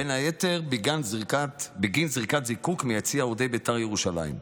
בין היתר בגין זריקת זיקוק מיציע אוהדי בית"ר ירושלים.